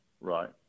Right